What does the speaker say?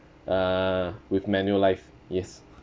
uh with manulife yes